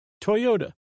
Toyota